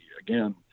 Again